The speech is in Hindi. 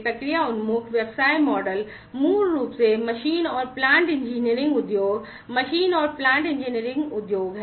प्रक्रिया उन्मुख व्यवसाय मॉडल मूल रूप से मशीन और प्लांट इंजीनियरिंग उद्योग हैं